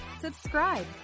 subscribe